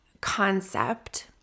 concept